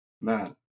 man